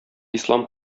ислам